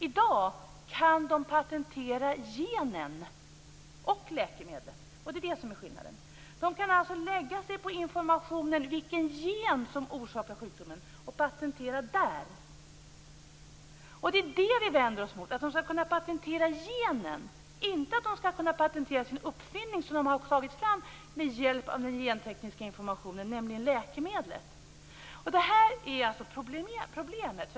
I dag kan de patentera genen och läkemedlet. Det är det som är skillnaden. De kan lägga sig på informationen om vilken gen som orsakar sjukdomen och patentera där. Det vi vänder oss mot är att de skall kunna patentera genen, inte att de skall kunna patentera sin uppfinning som de har tagit fram med hjälp av den gentekniska informationen, nämligen läkemedlet. Det här är alltså problemet.